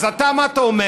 אז אתה, מה אתה אומר?